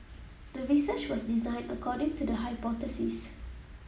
the research was designed according to the hypothesis